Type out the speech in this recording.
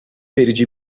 verici